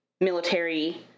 military